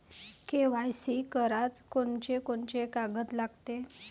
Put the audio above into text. KYC कराच कोनचे कोनचे कागद लागते?